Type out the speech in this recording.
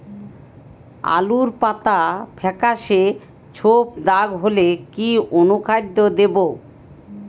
আলুর পাতা ফেকাসে ছোপদাগ হলে কি অনুখাদ্য দেবো?